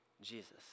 Jesus